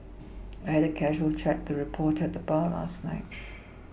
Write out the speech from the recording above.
I had a casual chat with a reporter at the bar last night